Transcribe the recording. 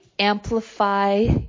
amplify